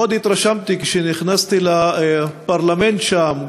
התרשמתי מאוד כשנכנסתי לפרלמנט שם,